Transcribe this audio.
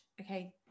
okay